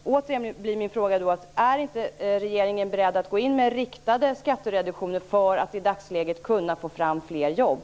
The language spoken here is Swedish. Återigen blir min fråga: Är inte regeringen beredd att gå in med riktade skattereduktioner för att i dagsläget kunna få fram fler jobb?